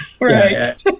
right